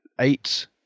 eight